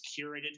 curated